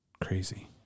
crazy